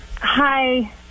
Hi